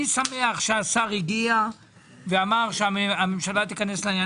אני שמח שהשר הגיע ואמר שהממשלה תיכנס לעניין.